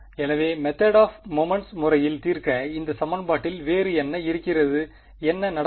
எனவே method of moments முறையில் தீர்க்க இந்த சமன்பாட்டில் வேறு என்ன இருக்கிறது என்ன நடக்கும்